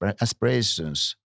aspirations